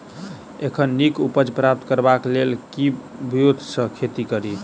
एखन नीक उपज प्राप्त करबाक लेल केँ ब्योंत सऽ खेती कड़ी?